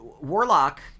warlock